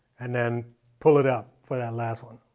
and then pull it up for that last one